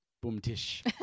Boom-tish